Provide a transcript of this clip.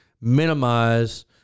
minimize